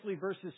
verses